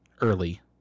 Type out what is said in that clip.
early